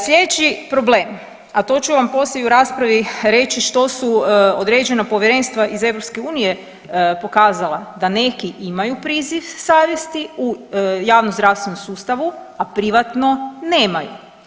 Slijedeći problem, a to ću vam poslije i u raspravi reći što su određena povjerenstva iz EU pokazala da neki imaju priziv savjesti u javnozdravstvenom sustavu, a privatno nemaju.